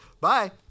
Bye